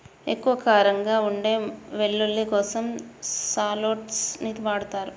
ఎక్కువ కారంగా ఉండే వెల్లుల్లి కోసం షాలోట్స్ ని వాడతారు